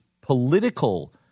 political